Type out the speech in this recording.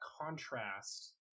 contrast